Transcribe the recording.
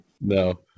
No